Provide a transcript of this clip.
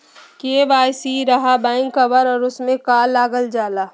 KYC रहा back cover और उसमें का का लागल जाला?